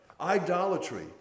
idolatry